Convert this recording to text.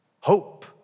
hope